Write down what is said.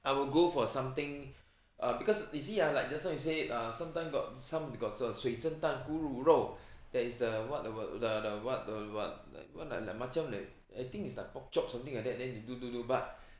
I will go for something uh because you see ah like just now you say er sometime got some got some got got 水蒸蛋咕噜肉 there is the what the what li~ like maciam like I think is like pork chop something like that leh they do do do but